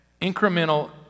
incremental